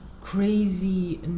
crazy